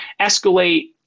escalate